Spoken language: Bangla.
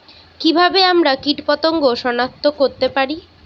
কিভাবে আমরা কীটপতঙ্গ সনাক্ত করতে পারি?